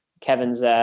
Kevin's –